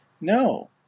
no